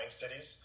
cities